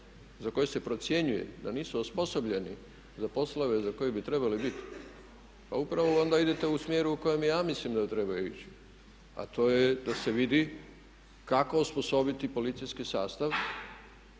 za koje se procjenjuje da nisu osposobljeni za poslove za koje bi trebali biti pa upravo onda idete u smjeru u kojem i ja mislim da treba ići, a to je da se vidi kako osposobiti policijski sastav